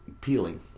peeling